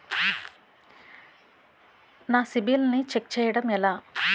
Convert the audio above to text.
నా సిబిఐఎల్ ని ఛెక్ చేయడం ఎలా?